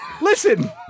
listen